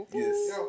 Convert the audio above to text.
yes